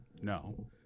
No